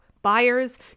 buyers